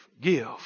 give